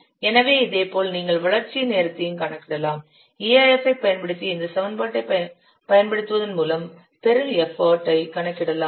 எனவே இதேபோல் நீங்கள் வளர்ச்சியின் நேரத்தையும் கணக்கிடலாம் EAF ஐப் பயன்படுத்தி இந்த சமன்பாட்டைப் பயன்படுத்துவதன் மூலம் பெறும் எஃபர்ட் ஐ கணக்கிடலாம்